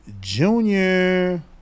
Junior